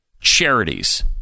charities